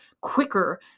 quicker